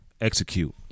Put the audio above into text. execute